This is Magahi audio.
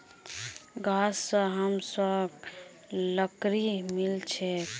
गाछ स हमसाक लकड़ी मिल छेक